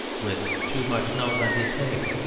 with too much nose in his face,